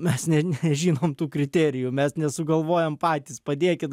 mes ne nežinom tų kriterijų mes nesugalvojam patys padėkit